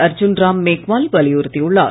அர்ஜூன் ராம் மேக்வால் வலியுறுத்தியுள்ளார்